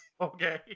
Okay